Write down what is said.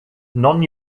non